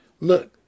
Look